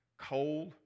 cold